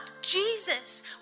Jesus